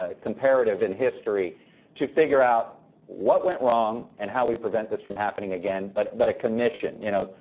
ah comparative in history to figure out what went wrong and how we prevent this from happening again? but but a commission, you know,